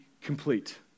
complete